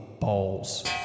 balls